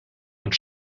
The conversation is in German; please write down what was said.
und